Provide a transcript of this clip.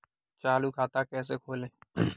चालू खाता कैसे खोलें?